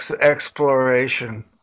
exploration